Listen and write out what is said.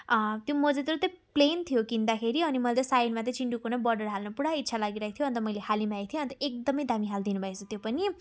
त्यो मजेत्रो चाहिँ प्लेन थियो किन्दाखेरि अनि मैले चाहिँ साइडमा चाहिँ चिन्डुको नै बोर्डर हाल्नु पुरा इच्छा लागिरहेको थियो अन्त मैले हाली मागेको थिएँ अन्त एकदमै दामी हालिदिनु भएछ त्यो पनि